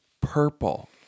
purple